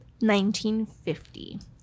1950